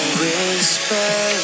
whisper